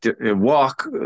walk